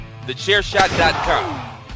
TheChairShot.com